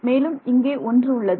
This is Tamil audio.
மேலும் இங்கே ஒன்று உள்ளது